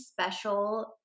special